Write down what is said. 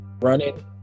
Running